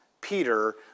Peter